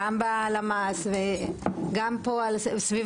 גם בלשכה המרכזית לסטטיסטיקה וגם פה סביב